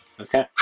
Okay